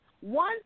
one